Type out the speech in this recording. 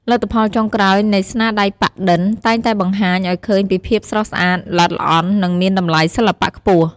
លទ្ធផលចុងក្រោយនៃស្នាដៃប៉ាក់-ឌិន តែងតែបង្ហាញឱ្យឃើញពីភាពស្រស់ស្អាត ល្អិតល្អន់ និងមានតម្លៃសិល្បៈខ្ពស់។